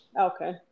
Okay